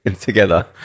together